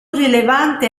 rilevante